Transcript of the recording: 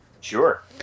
Sure